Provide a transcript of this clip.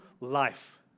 life